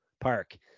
Park